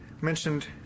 mentioned